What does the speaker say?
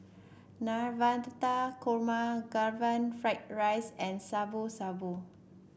Navratan Korma Karaage Fried Rice and Shabu Shabu